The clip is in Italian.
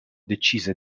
decise